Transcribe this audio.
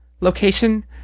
location